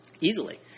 easily